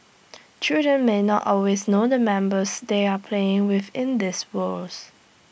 children may not always know the members they are playing with in these worlds